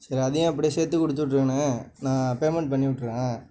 சரி அதையும் அப்படியே சேர்த்து கொடுத்து விட்டுருங்கண்ணே நான் பேமெண்ட் பண்ணி விட்டுறேன்